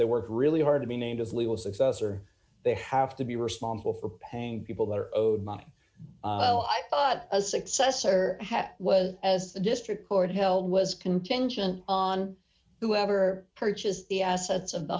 they work really hard to be named as legal successor they have to be responsible for paying people that are owed money i bought a successor hat was as a district court held was contingent on whoever purchased the assets of the